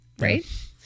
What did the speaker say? right